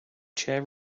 chair